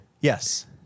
Yes